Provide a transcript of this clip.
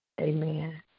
Amen